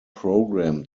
program